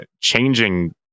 changing